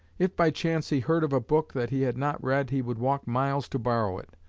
if by chance he heard of a book that he had not read he would walk miles to borrow it.